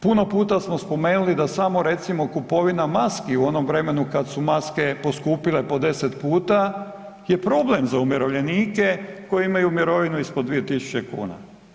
Puno puta smo spomenuli da samo recimo kupovina maski u onom vremenu kad su maske poskupile po 10 puta je problem za umirovljenike koji imaju mirovinu ispod 2.000 kuna.